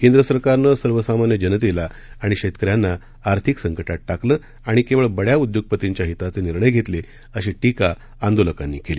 केंद्र सरकारनं सर्वसामान्य जनतेला आणि शेतकऱ्यांना आर्थिक संकटात टाकलं आणि केवळ बड्या उद्योगपतींच्या हिताचे निर्णय घेतले अशी टीका आंदोलकांनी केली